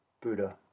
Buddha